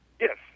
Yes